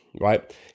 right